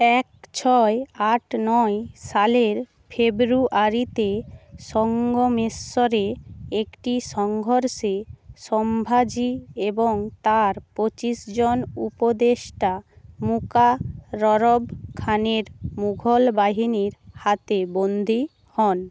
এক ছয় আট নয় সালের ফেব্রুয়ারিতে সঙ্গমেশ্বরে একটি সংঘর্ষে সম্ভাজি এবং তাঁর পঁচিশ জন উপদেষ্টা মুকাররব খানের মুঘল বাহিনীর হাতে বন্দি হন